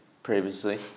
Previously